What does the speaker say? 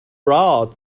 route